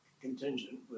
contingent